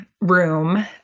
room